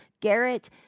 Garrett